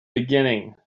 beginning